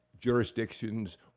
jurisdictions